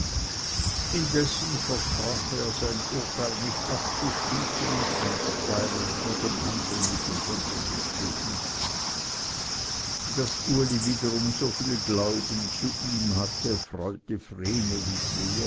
indessen versprach er sein urteil nicht abzuschließen und einstweilen vor dem handeln mit dem wirte sich zu hüten daß uli wiederum so viel glauben zu ihm hatte freute